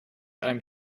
einem